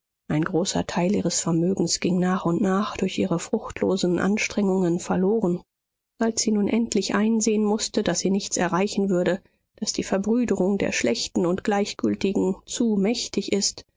ein großer teil ihres vermögens ging nach und nach durch ihre fruchtlosen anstrengungen verloren als sie nun endlich einsehen mußte daß sie nichts erreichen würde daß die verbrüderung der schlechten und gleichgültigen zu mächtig ist